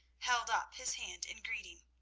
held up his hand in greeting.